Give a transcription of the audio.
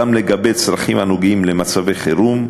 גם לגבי צרכים הנוגעים במצבי חירום,